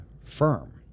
firm